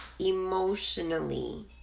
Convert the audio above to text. emotionally